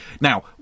Now